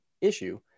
issue